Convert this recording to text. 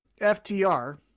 FTR